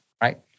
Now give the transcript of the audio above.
Right